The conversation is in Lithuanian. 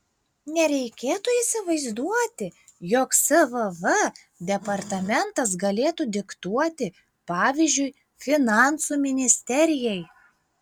nereikėtų įsivaizduoti jog svv departamentas galėtų diktuoti pavyzdžiui finansų ministerijai